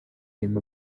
him